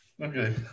Okay